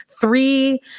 three